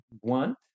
want